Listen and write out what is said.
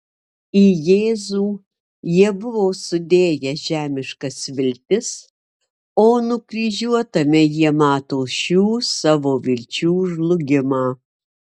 į jėzų jie buvo sudėję žemiškas viltis o nukryžiuotame jie mato šių savo vilčių žlugimą